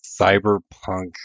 cyberpunk